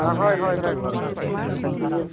ᱦᱳᱭ ᱦᱳᱭ ᱦᱳᱭ ᱠᱷᱟᱹᱛᱤᱨ